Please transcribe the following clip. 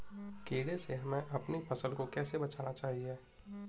कीड़े से हमें अपनी फसल को कैसे बचाना चाहिए?